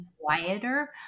quieter